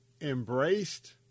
embraced